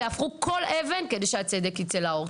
ויהפכו כל אבן כדי שהצדק יצא לאור.